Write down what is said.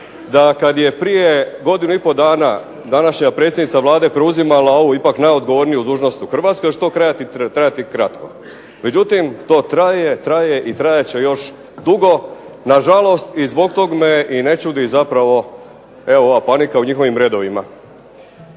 da kad je prije godinu i pol dana današnja predsjednica Vlade preuzimala ovu ipak ovu najodgovorniju dužnost u Hrvatskoj da će to trajati kratko. Međutim, to traje, traje i trajat će još dugo. Na žalost i zbog tog me i ne čudi zapravo evo ova panika u njihovim redovima.